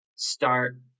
start